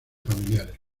familiares